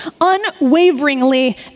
unwaveringly